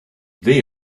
they